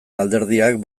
alderdiak